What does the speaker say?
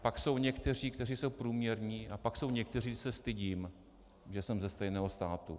Pak jsou někteří, kteří jsou průměrní, a pak jsou někteří, že se stydím, že jsem ze stejného státu.